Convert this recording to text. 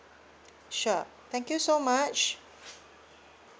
sure thank you so much